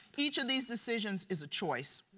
each of these decisions is a choice.